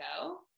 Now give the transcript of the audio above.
go